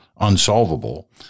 unsolvable